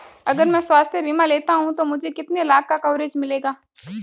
अगर मैं स्वास्थ्य बीमा लेता हूं तो मुझे कितने लाख का कवरेज मिलेगा?